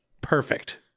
Perfect